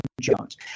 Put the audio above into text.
Jones